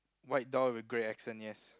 white dog with grey accent yes